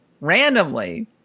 randomly